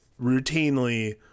routinely